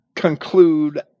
conclude